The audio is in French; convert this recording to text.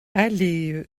allée